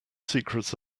secrets